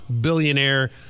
billionaire